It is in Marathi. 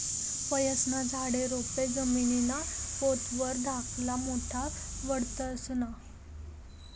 फयेस्ना झाडे, रोपे जमीनना पोत वर धाकला मोठा वाढतंस ना?